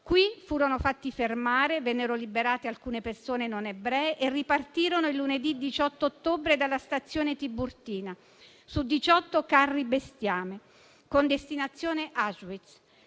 Qui furono fatte fermare: vennero liberate alcune persone non ebree e ripartirono il lunedì 18 ottobre dalla stazione Tiburtina, su 18 carri bestiame con destinazione Auschwitz.